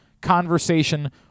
conversation